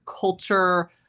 culture